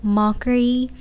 mockery